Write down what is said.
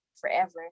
forever